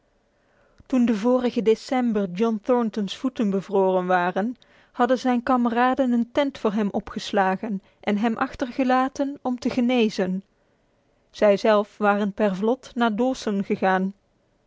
toen de vorige december john thornton's voeten bevroren waren hadden zijn kameraden een tent voor hem opgeslagen en hem achtergelaten om te genezen zij zelf waren per vlot naar dawson gegaan